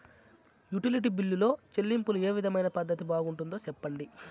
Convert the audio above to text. Utility బిల్లులో చెల్లింపులో ఏ విధమైన పద్దతి బాగుంటుందో సెప్పండి?